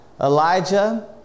Elijah